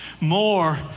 more